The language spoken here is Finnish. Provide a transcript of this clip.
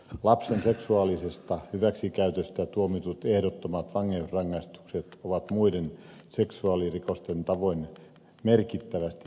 lapsen seksuaalisesta hyväksikäytöstä tuomitut ehdottomat vankeusrangaistukset ovat muiden seksuaalirikosten tavoin merkittävästi pidentyneet